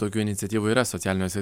tokių iniciatyvų yra socialiniuose